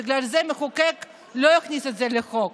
ובגלל זה המחוקק לא הכניס את זה לחוק.